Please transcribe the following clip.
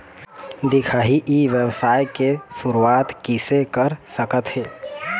दिखाही ई व्यवसाय के शुरुआत किसे कर सकत हे?